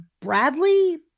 Bradley